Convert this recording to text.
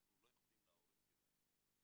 אנחנו לא יכולים להורים שלהם.